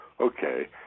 Okay